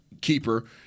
keeper –